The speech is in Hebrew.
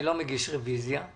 אני לא מגיש רוויזיה.